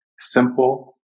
Simple